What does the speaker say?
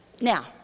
Now